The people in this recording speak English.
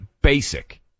basic